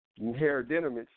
inheritance